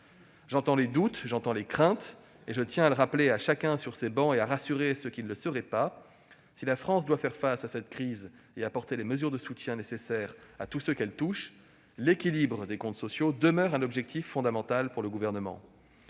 J'entends les doutes, j'entends les craintes et je tiens à le rappeler à chacun sur ces travées et à rassurer ceux qui ne le seraient pas : si la France doit faire face à cette crise et apporter les mesures de soutien nécessaires à tous ceux qu'elle touche, l'équilibre des comptes sociaux demeure un objectif fondamental pour le Gouvernement.